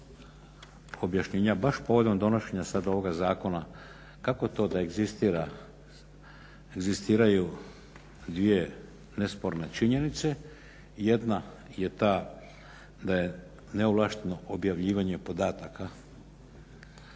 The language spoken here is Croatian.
objašnjenja baš povodom donošenja sad ovoga zakona, kako to da egzistira, inzistiraju dvije nesporne činjenice. Jedna je ta da je neovlašteno objavljivanje podataka,